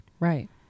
Right